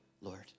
Lord